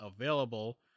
available